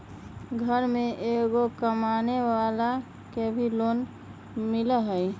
घर में एगो कमानेवाला के भी लोन मिलहई?